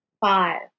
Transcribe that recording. five